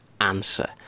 answer